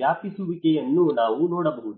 ವ್ಯಾಪಿಸುವಿಕೆಯನ್ನು ನಾವು ನೋಡಬಹುದು